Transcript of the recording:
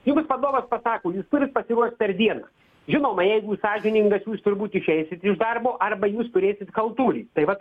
jums vadovas pasako jūs turit pasiruošt per dieną žinoma jeigu jūs sąžiningas jūs turbūt išeisit iš darbo arba jūs turėsit chaltūryt tai vat